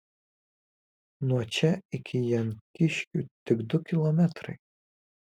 nuo čia iki jankiškių tik du kilometrai